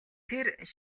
тэр